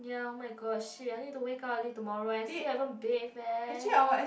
ya oh-my-god !shit! I need to wake up early tomorrow and I still haven't bathe eh